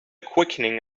quickening